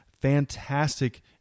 Fantastic